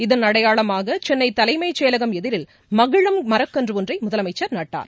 இதன் அடையாளமாகசென்னைதலைமைச் செயலகம் எதிரில் மகிழம் மரக்கன்றஒன்றைமுதலமைச்ச் நட்டார்